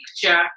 picture